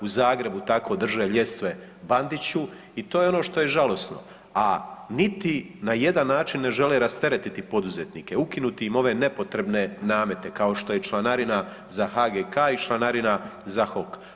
U Zagrebu tako drže ljestve Bandiću i to je ono što je žalosno, a niti na jedan način ne žele rasteretiti poduzetnike, ukinuti im ove nepotrebne namete kao što je članarina za HGK i članarina za HOK.